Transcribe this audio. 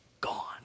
Gone